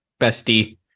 bestie